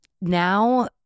Now